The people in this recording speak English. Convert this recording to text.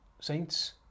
Saints